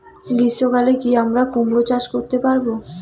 গ্রীষ্ম কালে কি আমরা কুমরো চাষ করতে পারবো?